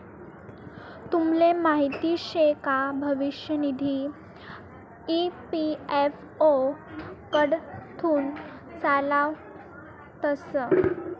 तुमले माहीत शे का भविष्य निधी ई.पी.एफ.ओ कडथून चालावतंस